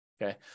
Okay